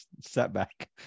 setback